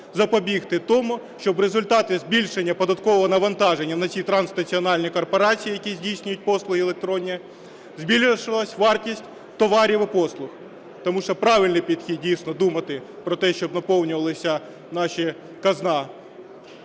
запобігти тому, щоб в результаті збільшення податкового навантаження на ці транснаціональні корпорації, які здійснюють послуги електронні, збільшувалась вартість товарів і послуг. Тому що правильний підхід, дійсно, думати про те, щоб наповнювалася наша казна